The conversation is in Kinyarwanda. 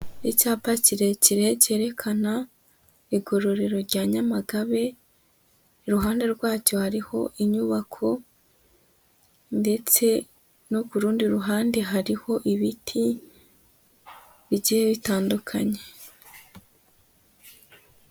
Icyapa kirekire cyerekana igororero rya Nyamagabe, iruhande rwacyo hariho inyubako ndetse no ku rundi ruhande hariho ibiti bigiye bitandukanye.